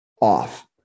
off